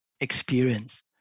experience